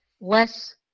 less